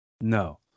no